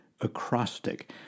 acrostic